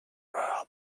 were